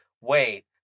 wait